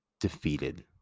defeated